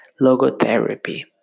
logotherapy